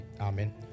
Amen